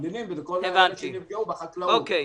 לתבלינים ולכל הענפים שנפגעו בחקלאות.